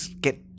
get